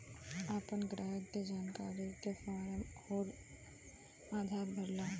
आपन ग्राहक के जानकारी के फारम अउर आधार भरा